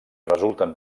resulten